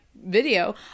video